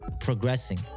progressing